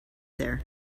there